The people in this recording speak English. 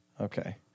Okay